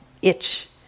itch